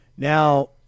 Now